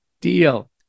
deal